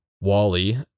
Wally